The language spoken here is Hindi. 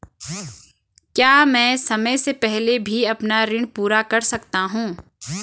क्या मैं समय से पहले भी अपना ऋण पूरा कर सकता हूँ?